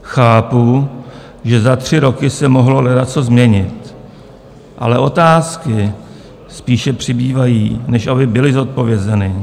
Chápu, že za tři roky se mohlo ledacos změnit, ale otázky spíše přibývají, než aby byly zodpovězeny.